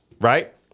Right